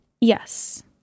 Yes